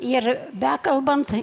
ir bekalbant